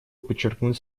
подчеркнуть